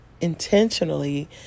intentionally